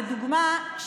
לדוגמה,